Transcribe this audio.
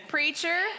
Preacher